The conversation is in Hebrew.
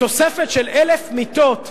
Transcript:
תוספת של 1,000 מיטות לבתי-החולים,